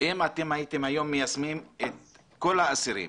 אם אתם הייתם היום מיישמים את כל האסירים